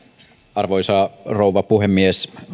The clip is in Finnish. arvoisa rouva puhemies